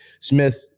Smith